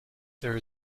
there